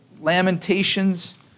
Lamentations